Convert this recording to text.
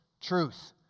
truth